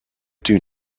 due